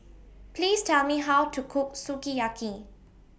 Please Tell Me How to Cook Sukiyaki